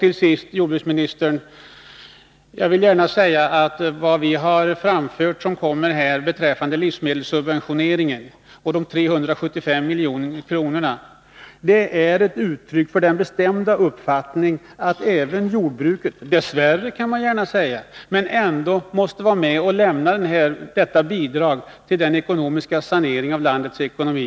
Till sist, jordbruksministern: Det vi har framfört beträffande livsmedelssubventioneringen och de 375 miljoner kronorna är ett uttryck för vår bestämda uppfattning att även jordbruket — dess värre, kan man säga — måste vara med och lämna sitt bidrag till saneringen av landets ekonomi.